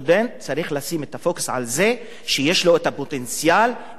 צריך לשים את הפוקוס על זה שיש לו הפוטנציאל והיכולת,